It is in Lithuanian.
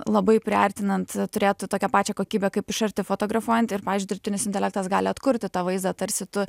labai priartinant turėtų tokią pačią kokybę kaip iš arti fotografuojant ir pavyzdžiui dirbtinis intelektas gali atkurti tą vaizdą tarsi tu